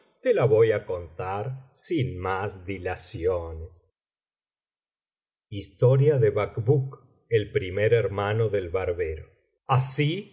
te la voy á contar sin más dilaciones biblioteca valenciana generalitat valenciana historia del jorobado historia de bacbuk primar hermano de barbero así